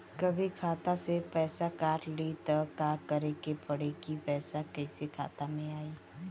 कभी खाता से पैसा काट लि त का करे के पड़ी कि पैसा कईसे खाता मे आई?